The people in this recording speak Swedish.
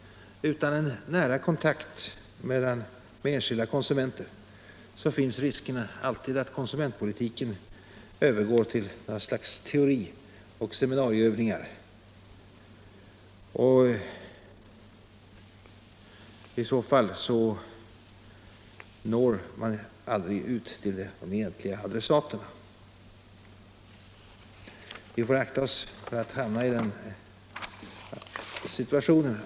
Utan en nära kontakt med enskilda konsumenter föreligger det alltid risk för att konsumentpolitiken övergår till något slags teori och seminarieövningar, och då når vi aldrig ut till de egentliga adressaterna. Vi får akta oss för att hamna i den situationen.